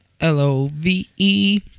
L-O-V-E